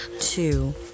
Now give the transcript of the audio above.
two